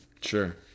sure